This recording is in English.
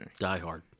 Diehard